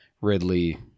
Ridley